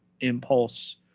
impulse